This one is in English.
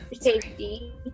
safety